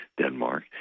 Denmark